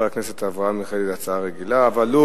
זה שלוש דקות, לא?